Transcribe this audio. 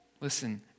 Listen